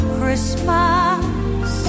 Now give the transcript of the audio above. Christmas